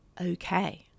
Okay